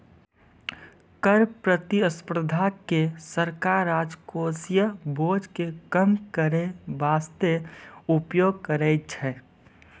कर प्रतिस्पर्धा के सरकार राजकोषीय बोझ के कम करै बासते उपयोग करै छै